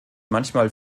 manchmal